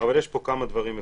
אבל יש פה כמה דברים עקרוניים.